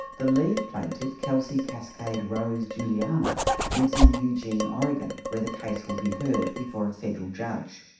the lead plaintiff kelsey cascade rose julianna lives in eugene oregon where the case will be heard before a federal judge.